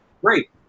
Great